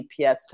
GPS